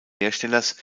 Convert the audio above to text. herstellers